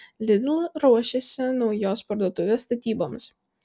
lidl ruošiasi naujos parduotuvės statyboms